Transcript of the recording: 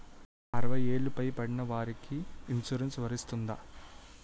అరవై ఏళ్లు పై పడిన వారికి ఇన్సురెన్స్ వర్తిస్తుందా?